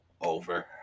over